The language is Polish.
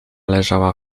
leżała